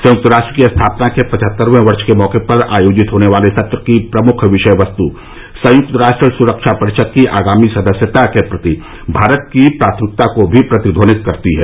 संयुक्त राष्ट्र की स्थापना के पचहत्तरवें वर्ष के मौके पर आयोजित होने वाले सत्र की प्रमुख विषयवस्त् संयुक्त राष्ट्र सुरक्षा परिषद की आगामी सदस्यता के प्रति भारत की प्राथमिकता को भी प्रतिध्वनित करती है